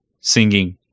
singing